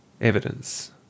Evidence